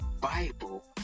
Bible